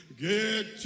get